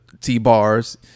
T-bars